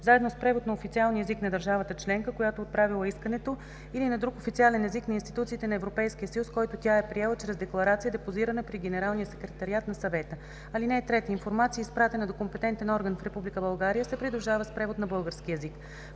заедно с превод на официалния език на държавата членка, която е отправила искането, или на друг официален език на институциите на Европейския съюз, който тя е приела чрез декларация, депозирана при Генералния секретариат на Съвета. (3) Информация, изпратена до компетентен орган в Република България, се придружава с превод на български език.